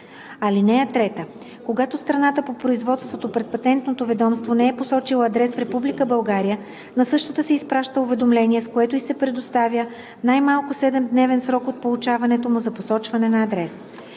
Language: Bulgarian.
(3) Когато страната по производството пред Патентното ведомство не е посочила адрес в Република България, на същата се изпраща уведомление, с което ѝ се предоставя най-малко 7-дневен срок от получаването му за посочване на адрес.